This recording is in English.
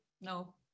No